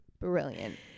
Brilliant